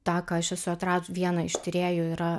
tą ką aš esu atradu vieną iš tyrėjų yra